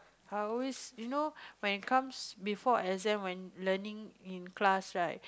I always you know when it comes before exam when learning in class right